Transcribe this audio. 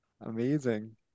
Amazing